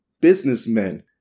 businessmen